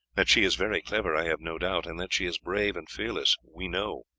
that she is very clever i have no doubt, and that she is brave and fearless we know.